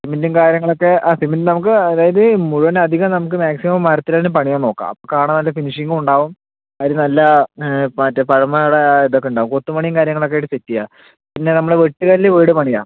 സിമെൻറും കാര്യങ്ങളൊക്കെ ആ സിമെൻറ് നമുക്ക് അതായത് മുഴുവൻ അധികം നമുക്ക് മാക്സിമം മരത്തില് തന്നെ പണിയാൻ നോക്കാം അപ്പോൾ കാണാൻ നല്ല ഫിനിഷിങ്ങും ഉണ്ടാവും അതിനു നല്ല മറ്റേ പഴമയുടെ ഇതൊക്കെ ഉണ്ടാകും കൊത്തു പണിയും കാര്യങ്ങളൊക്കെയായിട്ട് സെറ്റ് ചെയ്യാം പിന്നെ നമ്മള് വെട്ടുകല്ലിൽ വീട് പണിയാം